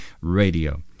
Radio